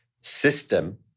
system